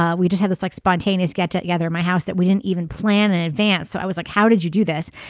ah we just had this like spontaneous get together my house that we didn't even plan in advance so i was like how did you do this.